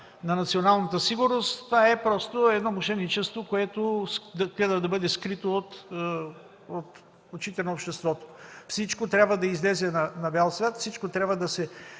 на националната сигурност, това е просто едно мошеничество, което гледа да бъде скрито от очите на обществото. Всичко трябва да излезе на бял свят, всичко трябва да се